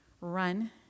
run